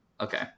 okay